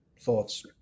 thoughts